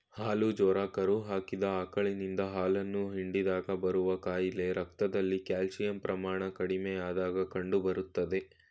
ಹಾಲು ಜ್ವರ ಕರು ಹಾಕಿದ ಆಕಳಿನಿಂದ ಹಾಲನ್ನು ಹಿಂಡಿದಾಗ ಬರುವ ಕಾಯಿಲೆ ರಕ್ತದಲ್ಲಿ ಕ್ಯಾಲ್ಸಿಯಂ ಪ್ರಮಾಣ ಕಡಿಮೆಯಾದಾಗ ಕಂಡುಬರ್ತದೆ